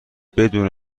بدون